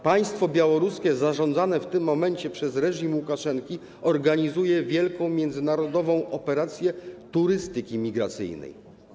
Państwo białoruskie zarządzane w tym momencie przez reżim Łukaszenki organizuje wielką międzynarodową operację polegającą na turystyce migracyjnej.